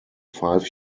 five